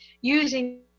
using